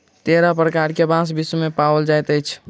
तेरह प्रकार के बांस विश्व मे पाओल जाइत अछि